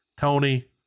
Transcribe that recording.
Tony